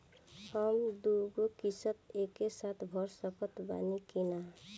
हम दु गो किश्त एके साथ भर सकत बानी की ना?